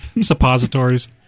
suppositories